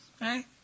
right